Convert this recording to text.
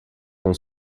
com